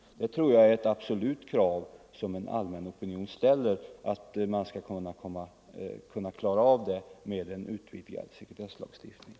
Jag tror det är ett absolut krav från den allmänna opinionen att man skall kunna klara detta problem med utvidgad sekretesslagstiftning.